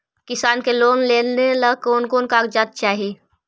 किसान के लोन लेने ला कोन कोन कागजात चाही?